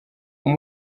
iyo